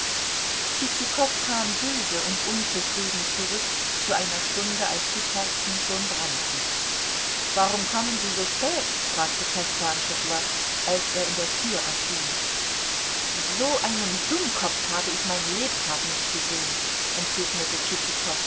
tschitschikow kam böse und unzufrieden zurück zu einer stunde als die kerzen schon brannten warum kommen sie so spät fragte kostanschoglo als er in der tür erschien so einen dummkopf habe ich meinen lebtag nicht gesehen entgegnete